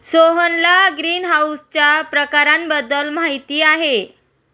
सोहनला ग्रीनहाऊसच्या प्रकारांबद्दल माहिती आहे